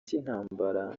cy’intambara